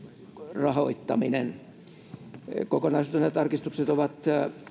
rahoittaminen kokonaisuudessaan nämä tarkistukset ovat